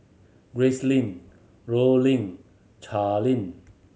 Gracelyn Rollin Charlee